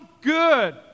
good